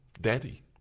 daddy